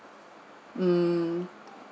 mm